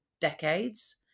decades